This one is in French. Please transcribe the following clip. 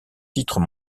titres